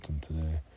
today